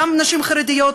גם לנשים חרדיות,